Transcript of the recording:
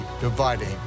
dividing